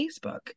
Facebook